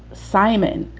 simon,